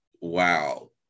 wow